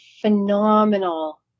phenomenal